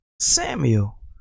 Samuel